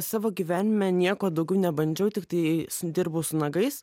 savo gyvenime nieko daugiau nebandžiau tiktais dirbau su nagais